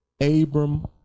Abram